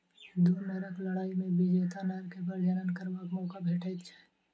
दू नरक लड़ाइ मे विजेता नर के प्रजनन करबाक मौका भेटैत छै